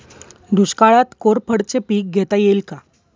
दुष्काळात कोरफडचे पीक घेता येईल का?